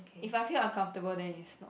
if I feel uncomfortable then it's not